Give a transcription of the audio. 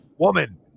woman